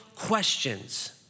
questions